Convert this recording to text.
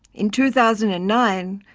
in two thousand and nine,